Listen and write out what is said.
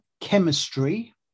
Chemistry